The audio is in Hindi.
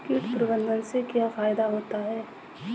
कीट प्रबंधन से क्या फायदा होता है?